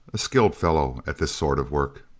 a skilled fellow at this sort of work.